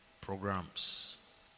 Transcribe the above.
programs